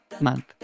month